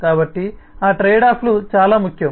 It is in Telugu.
కాబట్టి ఆ ట్రేడ్ ఆఫ్ చాలా ముఖ్యం